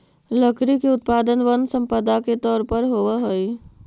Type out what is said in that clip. लकड़ी के उत्पादन वन सम्पदा के तौर पर होवऽ हई